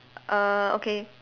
err okay